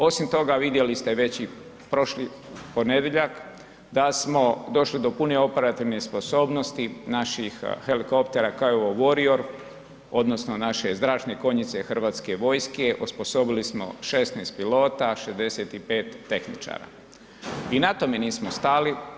Osim toga vidjeli ste već i prošli ponedjeljak da smo došli do pune operativne sposobnosti naših helikoptera Kiowa Warrior odnosno naše zračne konjice Hrvatske vojske, osposobili smo 16 pilota, 65 tehničara i na tome nismo stali.